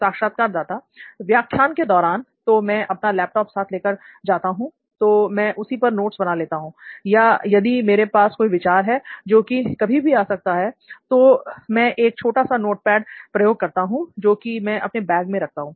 साक्षात्कारदाता व्याख्यान के दौरान तो मैं अपना लैपटॉप साथ लेकर जाता हूं तो मैं उसी पर नोट्स बना लेता हूं या यदि मेरे पास कोई विचार है जो कि कभी भी आ सकता है तो मैं एक छोटा सा नोटपैड प्रयोग करता हूं जो कि मैं अपने बैग में रखता हूं